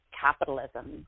capitalism